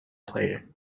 player